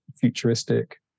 futuristic